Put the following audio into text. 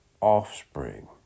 offspring